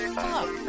fuck